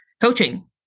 coaching